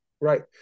right